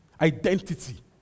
identity